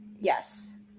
Yes